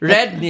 Red